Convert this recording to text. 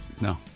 No